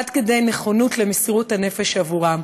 עד כדי נכונות למסירות הנפש עבורם,